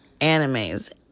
Animes